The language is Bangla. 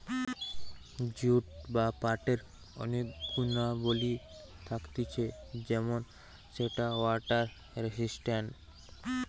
জুট বা পাটের অনেক গুণাবলী থাকতিছে যেমন সেটা ওয়াটার রেসিস্টেন্ট